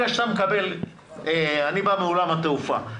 אני בא מעולם התעופה.